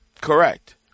Correct